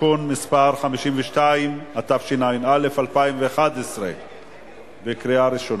(תיקון מס' 52), התשע"א 2011. קריאה ראשונה.